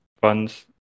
funds